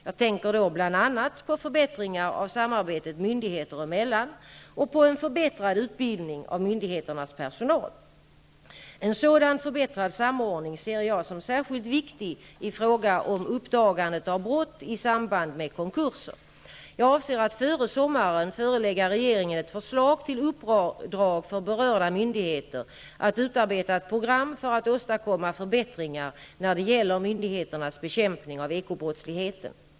Jag tänker då bl.a. på förbättringar av samarbetet myndigheter emellan och på en förbättrad utbildning av myndigheternas personal. En sådan förbättrad samordning ser jag som särskilt viktig i fråga om uppdagandet av brott i samband med konkurser. Jag avser att före sommaren förelägga regeringen ett förslag till uppdrag för berörda myndigheter att utarbeta ett program för att åstadkomma förbättringar när det gäller myndigheternas bekämpning av ekobrottsligheten.